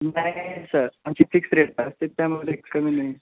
नाही सर आमची fix rate असते त्यामध्ये कमी नाही